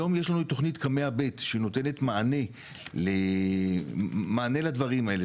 היום יש לנו את תוכנית קמ"ע ב' שנותנת מענה לדברים האלה.